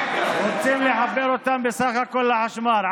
השתלטו על קרקעות מדינה.